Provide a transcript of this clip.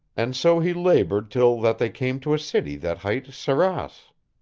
and so he labored till that they came to a city that hight sarras.